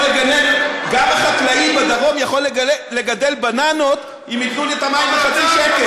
גם החקלאי בדרום יכול לגדל בננות אם ייתנו לו את המים בחצי שקל.